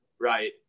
right